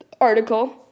article